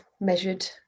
measured